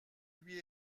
lui